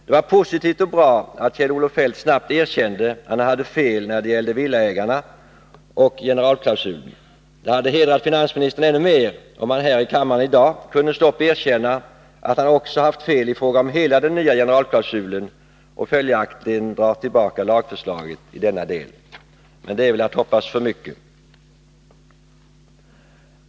Det var positivt och bra att Kjell-Olof Feldt snabbt erkände att han hade fel när det gällde villaägarna och generalklausulen. Det skulle hedra finansministern ännu mer om han i dag här i kammaren kunde stå upp och erkänna att han haft fel i fråga om hela den nya generalklausulen och säga att han följaktligen drar tillbaka lagförslaget i denna del, men det är väl att hoppas för mycket.